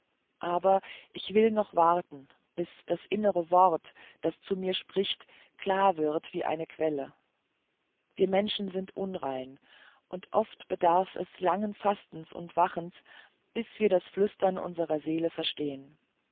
aber ich will noch warten bis das innere wort das zu mir spricht klar wird wie eine quelle wir menschen sind unrein und oft bedarf es langen fastens und wachens bis wir das flüstern unserer seele verstehen